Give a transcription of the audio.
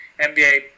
NBA